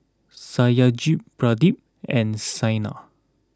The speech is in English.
Satyajit Pradip and Saina